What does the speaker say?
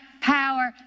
power